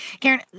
Karen